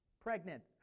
Pregnant